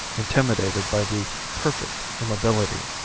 intimidated by the perfect immobility,